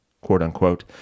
quote-unquote